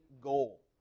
goal